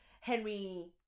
henry